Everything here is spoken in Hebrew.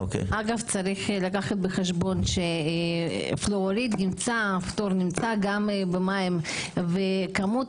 יש לקחת בחשבון שפלור נמצא גם במים וכמות